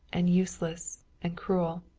and useless, and cruel.